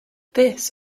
this